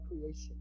creation